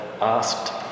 asked